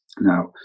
Now